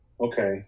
Okay